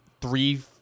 three